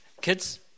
kids